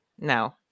No